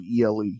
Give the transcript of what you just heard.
ELE